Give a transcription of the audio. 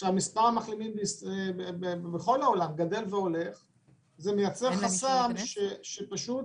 מספר המחלימים בכל העולם גדל וזה מייצר חסם --- מדובר